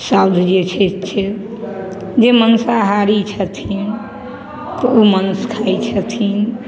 साधु जे छथि से जे माँसाहारी छथिन तऽ ओ मासु खाइ छथिन